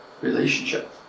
relationship